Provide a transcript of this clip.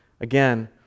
Again